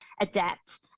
adapt